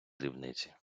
дрібниці